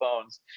phones